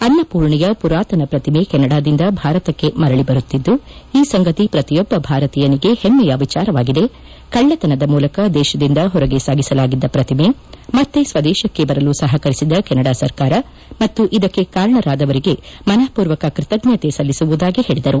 ಅನ್ನಪೂರ್ಣೆಯ ಪುರಾತನ ಪ್ರತಿಮೆ ಕೆನಡಾದಿಂದ ಭಾರತಕ್ಕೆ ಮರಳಿ ಬರುತ್ತಿದ್ದು ಈ ಸಂಗತಿ ಪ್ರತಿಯೊಬ್ಬ ಭಾರತೀಯನಿಗೆ ಹೆಮ್ಮೆಯ ವಿಚಾರವಾಗಿದೆ ಕಳ್ಳತನದ ಮೂಲಕ ದೇಶದಿಂದ ಹೊರಗೆ ಸಾಗಿಸಲಾಗಿದ್ದ ಪ್ರತಿಮೆ ಮತ್ತೆ ಸ್ವದೇಶಕ್ಕೆ ಬರಲು ಸಹಕರಿಸಿದ ಕೆನಡಾ ಸರ್ಕಾರ ಮತ್ತು ಇದಕ್ಕೆ ಕಾರಣರಾದವರಿಗೆ ಮನಪೂರ್ವಕ ಕೃತಜ್ಞತೆ ಸಲ್ಲಿಸುವುದಾಗಿ ಹೇಳಿದರು